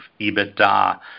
EBITDA